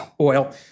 oil